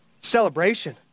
celebration